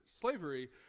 slavery